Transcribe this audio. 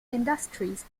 industries